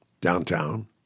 downtown